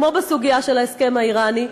כמו בסוגיה של ההסכם האיראני.